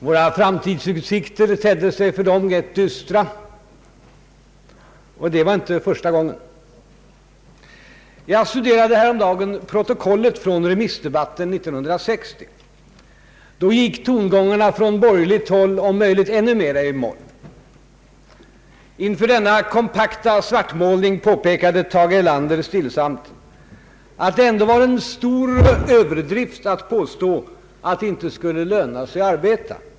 Våra framtidsutsikter tedde sig för dem rätt dystra, och det var inte första gången. Jag studerade häromdagen protokollet för remissdebatten 1960. Då gick tongångarna från borgerligt håll om möjligt ännu mera i moll. Inför denna kompakta svartmålning påpekade Tage Erlander stillsamt att det ändå var en stor överdrift att påstå att det inte skulle löna sig att arbeta.